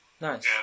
Nice